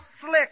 slick